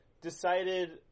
decided